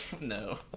no